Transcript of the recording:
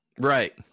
Right